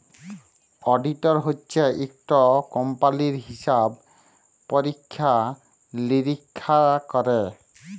auditor হছে ইকট কম্পালির হিসাব পরিখ্খা লিরিখ্খা ক্যরে